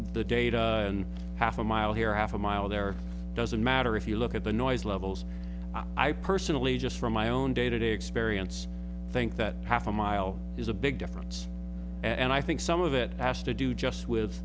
the data half a mile here after mile there doesn't matter if you look at the noise levels i personally just from my own day to day experience i think that half a mile is a big difference and i think some of it has to do just with